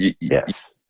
yes